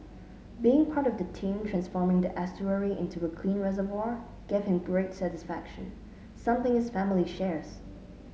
being part of the team transforming the estuary into a clean reservoir gave him great satisfaction something his family shares